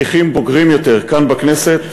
בהווה, כשליחים בוגרים יותר כאן בכנסת,